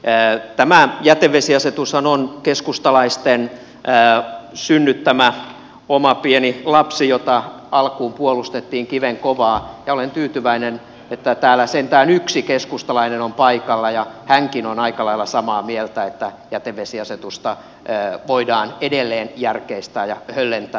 tämä jätevesiasetushan on keskustalaisten synnyttämä oma pieni lapsi jota alkuun puolustettiin kivenkovaan ja olen tyytyväinen että täällä sentään yksi keskustalainen on paikalla ja hänkin on aika lailla samaa mieltä että jätevesiasetusta voidaan edelleen järkeistää ja höllentää